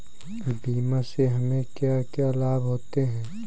बीमा से हमे क्या क्या लाभ होते हैं?